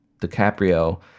dicaprio